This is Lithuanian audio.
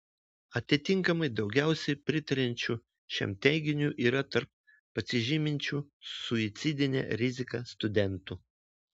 atitinkamai daugiausiai pritariančių šiam teiginiui yra tarp pasižyminčių suicidine rizika studentų